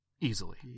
easily